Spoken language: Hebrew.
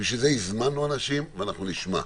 רגע.